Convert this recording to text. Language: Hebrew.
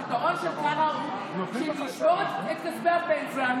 הפתרון של קארה הוא לשבור את כספי הפנסיה,